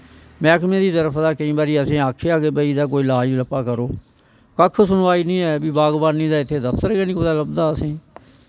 मैह्कमें दी तरफ दा असें केंई बारी आखेआ के एह्दा कोई इलाज़ लप्पा करो कक्ख सुनवाई नी ऐ बागबानी दा कोई दफ्तर गै नी लभदा कुतै असेंगी